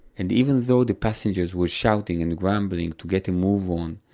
and even though the passengers were shouting and grumbling to get a move on,